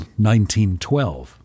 1912